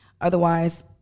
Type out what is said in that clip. Otherwise